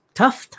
tough